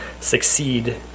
succeed